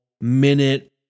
minute